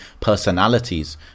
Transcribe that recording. personalities